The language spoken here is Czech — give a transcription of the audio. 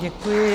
Děkuji.